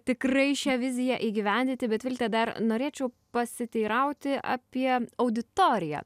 tikrai šią viziją įgyvendinti bet vilte dar norėčiau pasiteirauti apie auditoriją